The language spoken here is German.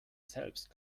selbst